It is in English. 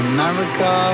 America